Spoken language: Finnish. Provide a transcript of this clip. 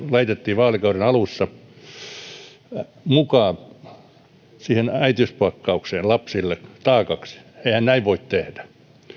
laitettiin vaalikauden alussa mukaan siihen äitiyspakkaukseen lapsille taakaksi eihän näin voi tehdä